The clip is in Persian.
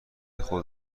خود